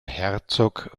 herzog